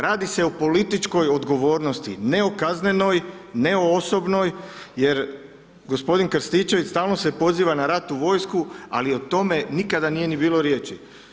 Radi se o političkoj odgovornosti, ne o kaznenoj, ne o osobnoj jer gospodin Krstičević stalno se poziva na ratnu vojsku, ali o tome nikada nije ni bilo riječi.